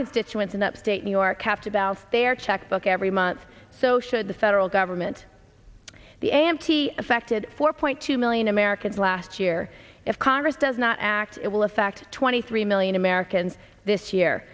constituents in upstate new york kept about their checkbook every month so should the federal government the a m t affected four point two million americans last year if congress does not act it will affect twenty three million americans this year